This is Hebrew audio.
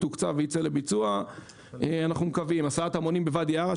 שאנחנו מקווים שכל רגע יתוקצב וייצא לביצוע; הסעת המונים בוואדי ערה,